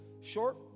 short